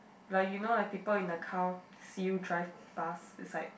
like you know like people in the car see you drive pass is like